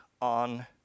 on